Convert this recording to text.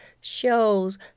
shows